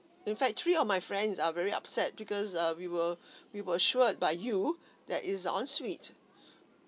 in fact three of my friends are very upset because uh we were we were assured by you that it's a ensuite